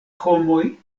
homoj